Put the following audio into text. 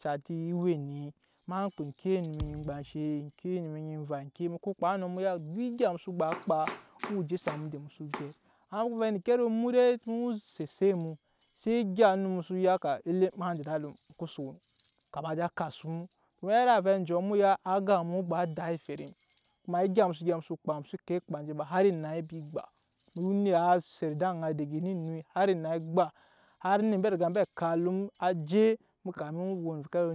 o we enɛ ma kpa oŋke onum nyi egba enshe ma kpa oŋke onum nyi emva mu ko kpa enɔ mu ya duk egya mu so do kpa o woo je sa mu inda mu so gyɛp amma mu ko vɛ endeke ro mu di mu set eset mu se egya mu so ya ma je ede alum kama á ja kasu mu mu iri avɛ njɔ m ya aga mu waa dak eferem kuma egya mu so gyɛp ekpa mu xsoo ko ekpa enje ba har enai se ba onet a set ede aŋa daga eme ennui har enai se gba har anet embe ba riga embe kap alum á je kamin mu je tɔ